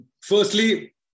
firstly